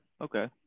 okay